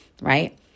right